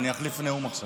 נאום עכשיו.